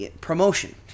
promotion